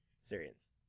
Syrians